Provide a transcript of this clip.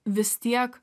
vis tiek